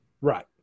right